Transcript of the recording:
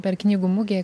per knygų mugė